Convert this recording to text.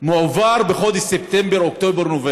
מועבר בחודשים ספטמבר-אוקטובר-נובמבר